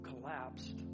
collapsed